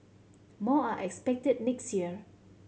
more are expected next year